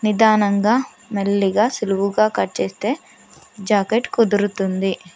నిదానంగా మెల్లిగా సులువుగా కట్ చేస్తే జాకెట్ కుదురుతుంది